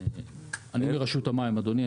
אני מרשות המים, אדוני.